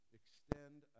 extend